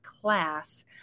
class